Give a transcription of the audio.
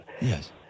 Yes